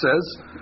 says